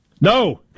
No